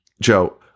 Joe